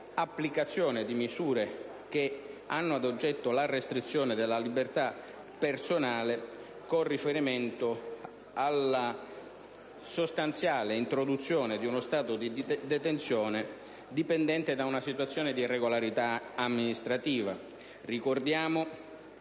applicazione di misure che hanno ad oggetto la restrizione della libertà personale, con riferimento alla sostanziale introduzione di uno stato di detenzione dipendente da una situazione di irregolarità amministrativa. Ricordiamo